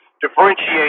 differentiate